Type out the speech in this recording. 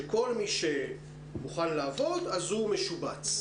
שכל מי שמוכן לעבוד משובץ.